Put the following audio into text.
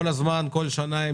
בסעיף 147(י)(3),